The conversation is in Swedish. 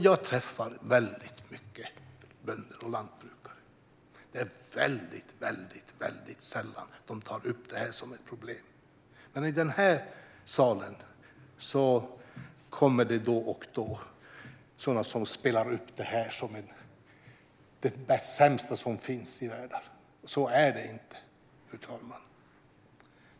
Jag träffar väldigt många bönder och lantbrukare, och det är väldigt, väldigt sällan de tar upp detta som ett problem. Men i den här salen kommer det då och då sådana som spelar upp detta som det sämsta som finns i världen. Så är det inte, fru talman.